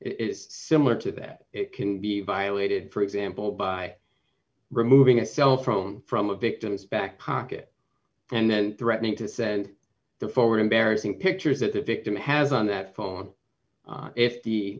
is similar to that it can be violated for example by removing a cellphone from a victim's back pocket and then threatening to send the forward embarrassing pictures that the victim has on that phone if the